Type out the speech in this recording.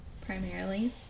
primarily